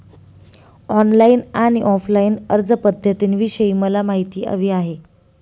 online आणि offline अर्जपध्दतींविषयी मला माहिती हवी आहे